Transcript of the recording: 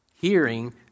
Hearing